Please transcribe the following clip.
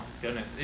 Goodness